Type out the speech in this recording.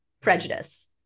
prejudice